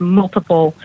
multiple